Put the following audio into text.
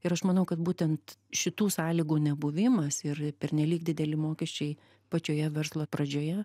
ir aš manau kad būtent šitų sąlygų nebuvimas ir pernelyg dideli mokesčiai pačioje verslo pradžioje